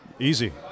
easy